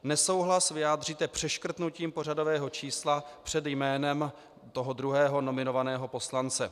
Nesouhlas vyjádříte přeškrtnutím pořadového čísla před jménem toho druhého nominovaného poslance.